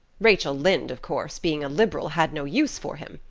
rachel lynde, of course, being a liberal, had no use for him.